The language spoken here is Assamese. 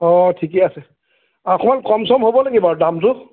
অঁ ঠিকে আছে অকমান কম চম হ'ব নেকি বাৰু দামটো